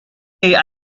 today